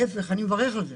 להיפך - אני מברך על זה.